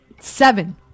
Seven